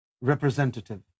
representative